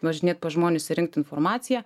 važinėt pas žmones ir rinkt informaciją